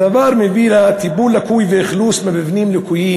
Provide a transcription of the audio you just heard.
הדבר מביא לטיפול לקוי ואכלוס במבנים לקויים.